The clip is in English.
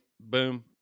boom